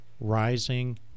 rising